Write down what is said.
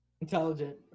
Intelligent